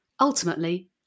ultimately